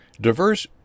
diverse